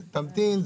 תמתין,